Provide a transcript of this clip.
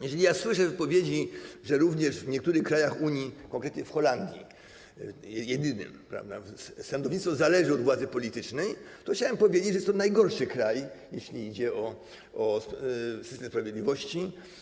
Jeżeli słyszę wypowiedzi, że również w niektórych krajach Unii, konkretnie w Holandii, bo to jedyny tego typu kraj, sądownictwo zależy od władzy politycznej, to chcę powiedzieć, że jest to najgorszy kraj, jeśli idzie o system sprawiedliwości.